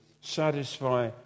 satisfy